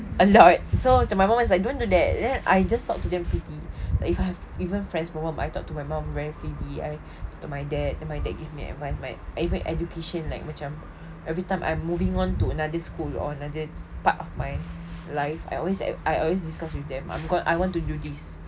a lot so macam my mum is like don't want do that then I just talk to them freely like if I have even friends' problem I talk to my mum very freely I talk to my dad then my dad give me advice even education like macam every time I'm moving on to another school or another part of my life I always I always discuss with them I'm gon~ I want to do this